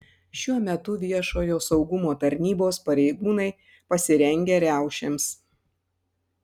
šiuo metu viešojo saugumo tarnybos pareigūnai pasirengę riaušėms